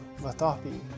Vatapi